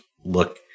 look